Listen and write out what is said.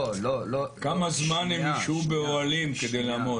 כמה זמן הם ישהו באוהלים כדי לעמוד?